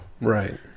Right